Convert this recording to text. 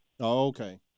okay